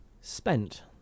spent